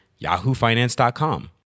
YahooFinance.com